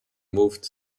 moved